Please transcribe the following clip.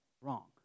wrong